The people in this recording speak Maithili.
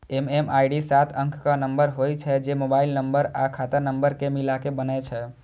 एम.एम.आई.डी सात अंकक नंबर होइ छै, जे मोबाइल नंबर आ खाता नंबर कें मिलाके बनै छै